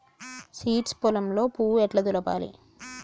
Seeds పొలంలో పువ్వు ఎట్లా దులపాలి?